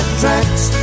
tracks